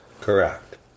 Correct